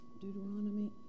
Deuteronomy